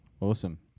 Awesome